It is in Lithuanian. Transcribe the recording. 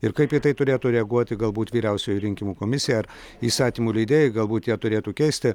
ir kaip į tai turėtų reaguoti galbūt vyriausioji rinkimų komisija ar įstatymų leidėjai galbūt jie turėtų keisti